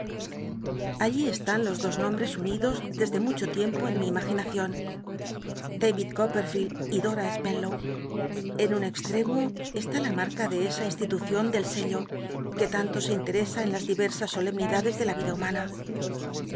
cst án los dos nombtc unidos desde mucho tiempo en mi imaginacion da'id copperficld y dora spcnlow en un extremo cstú la marca uc esa institucion del sello luc tanto se interesa en las diversas solemnidades de la ida humana